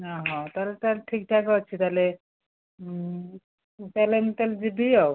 ଓହୋ ତାର ତା'ହେଲେ ଠିକଠାକ ଅଛି ତାହେଲେ ମୁଁ ତା'ହେଲେ ମୁଁ ତା'ହେଲେ ଯିବି ଆଉ